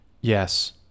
Yes